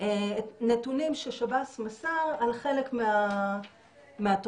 נתונים ששב"ס מסר על חלק מהתוכניות,